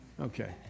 Okay